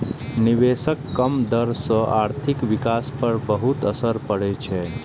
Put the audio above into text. निवेशक कम दर सं आर्थिक विकास पर बहुत असर पड़ै छै